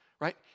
right